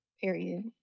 Period